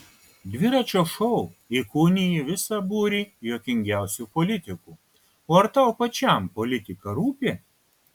dviračio šou įkūniji visą būrį juokingiausių politikų o ar tau pačiam politika rūpi